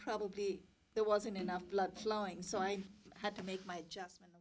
probably there wasn't enough blood flowing so i had to make my j